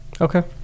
Okay